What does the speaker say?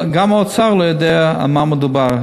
גם האוצר לא יודע על מה מדובר,